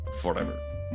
forever